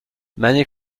many